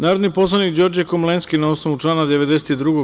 Narodni poslanik Đorđe Komlenski, na osnovu člana 92.